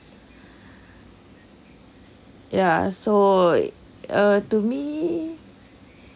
ya so uh to me